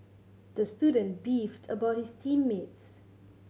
the student beefed about his team mates